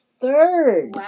third